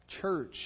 church